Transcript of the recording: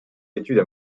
études